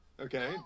Okay